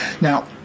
Now